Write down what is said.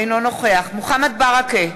אינו נוכח מוחמד ברכה,